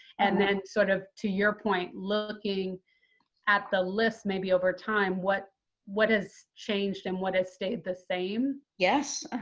and then sort of to your point, looking at the list maybe over time, what what has changed and what has stayed the same? yes.